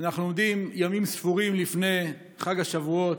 אנחנו עומדים ימים ספורים לפני חג השבועות,